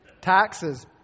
Taxes